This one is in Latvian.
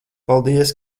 paldies